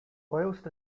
whilst